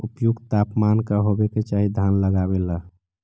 उपयुक्त तापमान का होबे के चाही धान लगावे ला?